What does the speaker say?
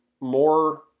more